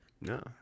No